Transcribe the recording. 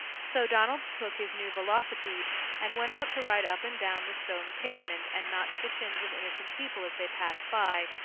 so donald took his new velocipede and went out to ride up and down the stone pavement and notch the shins of innocent people as they passed by,